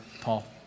Paul